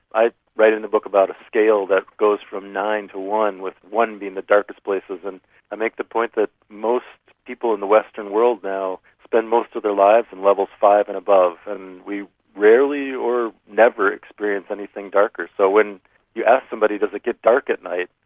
i write in the book about a scale that goes from nine to one, with one being the darkest places, and i make the point is that most people in the western world now spend most of their lives on and levels five and above. and we rarely or never experience anything darker. so when you ask somebody does it gets dark at night,